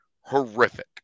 horrific